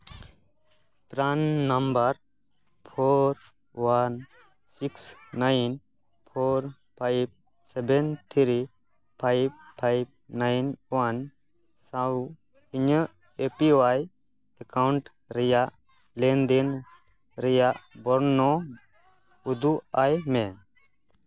ᱯᱨᱟᱱ number four one six nine four five seven three five five nine one ᱥᱟᱶ ᱤᱧᱟᱹᱜ A P Y account ᱨᱮᱭᱟᱜ ᱞᱮᱱᱫᱮᱱ ᱨᱮᱭᱟᱜ ᱵᱚᱨᱱᱚᱱ ᱩᱫᱩᱜ ᱟᱭ ᱢᱮ